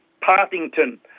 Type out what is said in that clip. Partington